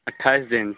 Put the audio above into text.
اٹھائیس دن